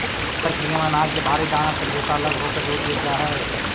इ प्रक्रिया में अनाज के भारी दाना से भूसा अलग होके दूर गिर जा हई